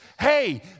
hey